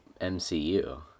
MCU